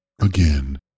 again